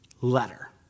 letter